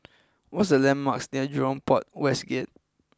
what are the landmarks near Jurong Port West Gate